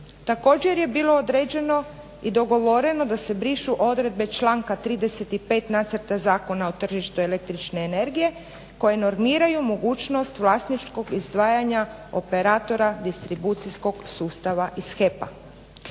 Također je bilo određeno i dogovoreno da se brišu odredbe članka 35. Nacrta zakona o tržištu električne energije koje normiraju mogućnost vlasničkog izdvajanja operatora distribucijskog sustava iz HEP-a.